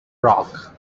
rock